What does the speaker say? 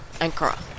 Ankara